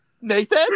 Nathan